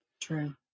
True